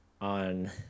on